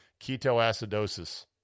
ketoacidosis